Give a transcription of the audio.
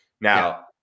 Now